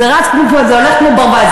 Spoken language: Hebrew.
זה הולך כמו ברווז,